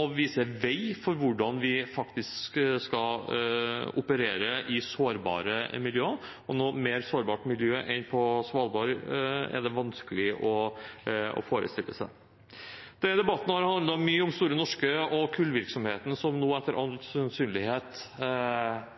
og viser vei for hvordan vi faktisk skal operere i sårbare miljøer. Noe mer sårbart miljø enn på Svalbard er det vanskelig å forestille seg. Denne debatten har handlet mye om Store Norske og kullvirksomheten, som nå etter all sannsynlighet